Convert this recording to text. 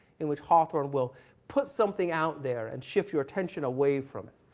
in which hawthorne will put something out there and shift your attention away from it,